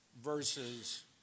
versus